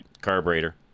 carburetor